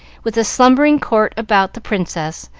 with the slumbering court about the princess,